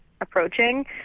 approaching